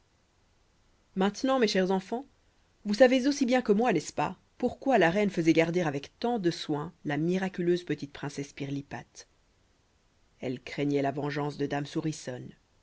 maintenant mes chers enfants vous savez aussi bien que moi n'est-ce pas pourquoi la reine faisait garder avec tant de soin la miraculeuse petite princesse pirlipate elle craignait la vengeance de dame